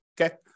Okay